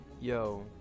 Yo